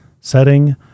setting